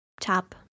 top